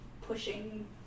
pushing